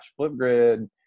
Flipgrid